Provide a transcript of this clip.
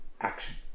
action